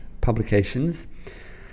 Publications